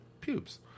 Pubes